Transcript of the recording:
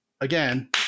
again